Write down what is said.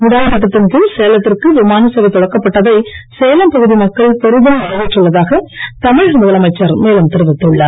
உடான் திட்டத்தின் கீழ் சேலத்திற்கு விமானசேவை தொடக்கப்பட்டதை சேலம் பகுதி மக்கள் பெரிதும் வரவேற்றுள்ளதாக தமிழக முதலமைச்சர் மேலும் தெரிவித்துள்ளார்